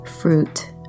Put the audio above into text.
fruit